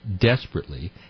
desperately